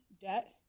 debt